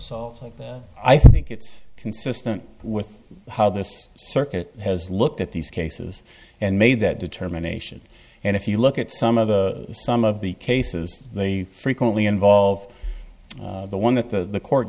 ts like this i think it's consistent with how this circuit has looked at these cases and made that determination and if you look at some of the some of the cases they frequently involve the one that the court